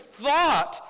thought